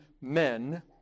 men